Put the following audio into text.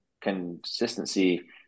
consistency